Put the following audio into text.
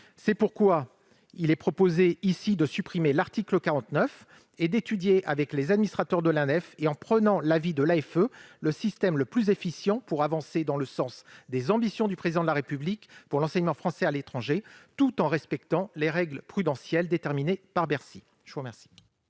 est donc proposé de supprimer l'article 49 et d'étudier, avec les administrateurs de l'Anefe et en prenant l'avis de l'AFE, le système le plus efficient pour progresser dans le sens des ambitions du Président de la République pour l'enseignement français à l'étranger, tout en respectant les règles prudentielles déterminées par Bercy. Quel